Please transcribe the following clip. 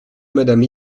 madame